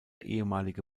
ehemalige